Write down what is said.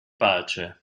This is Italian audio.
pace